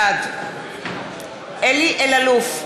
בעד אלי אלאלוף,